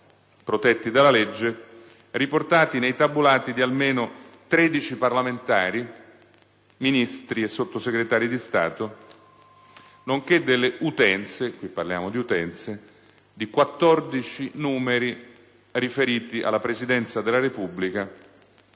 protetti dalla legge, riportati nei tabulati di almeno 13 parlamentari, Ministri e Sottosegretari di Stato, nonché delle utenze - e qui parliamo di utenze, lo sottolineo - di 14 numeri riferiti alla Presidenza della Repubblica